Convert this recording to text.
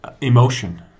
emotion